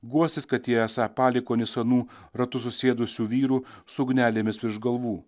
guostis kad jie esą palikuonys anų ratu susėdusių vyrų su ugnelėmis virš galvų